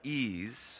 ease